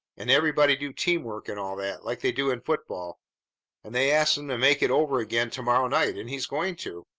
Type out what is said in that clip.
and everybody do teamwork and all that, like they do in football and they asked him to make it over again to-morrow night, and he's going to!